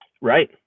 Right